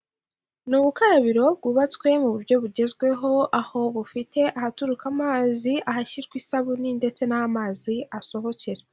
Ni ubukarabiro bwubatswe mu buryo bugezweho aho bufite ahaturuka amazi ahashyirwa isabune ndetse n'aho amazi asohokera.